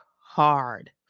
hard